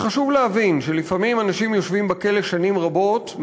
חשוב להבין שלפעמים אנשים יושבים בכלא שנים רבות,